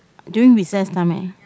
during recess time eh